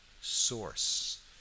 source